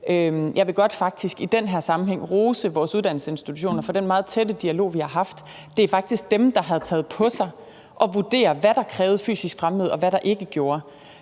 faktisk godt i den her sammenhæng rose vores uddannelsesinstitutioner for den meget tætte dialog, vi har haft. Det er faktisk dem, der har taget på sig at vurdere, hvad der krævede fysisk fremmøde, og hvad der ikke gjorde,